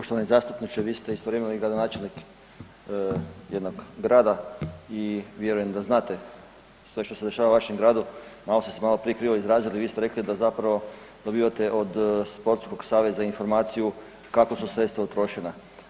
Poštovani zastupniče, vi ste istovremeno i gradonačelnik jednog grada i vjerujem da znate sve što se dešava u vašem gradu, malo ste se maloprije krivo izrazili, vi ste rekli da zapravo dobivate od Sportskog saveza informaciju kako su sredstva utrošena.